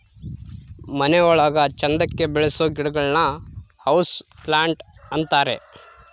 ಮನೆ ಒಳಗ ಚಂದಕ್ಕೆ ಬೆಳಿಸೋ ಗಿಡಗಳನ್ನ ಹೌಸ್ ಪ್ಲಾಂಟ್ ಅಂತಾರೆ